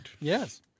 Yes